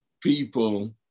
people